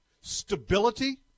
Stability